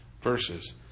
verses